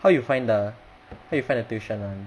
how you find the how you find the tuition [one]